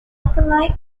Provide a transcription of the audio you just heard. alkali